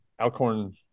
Alcorn